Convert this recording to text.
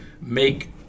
make